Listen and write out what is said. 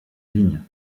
ligne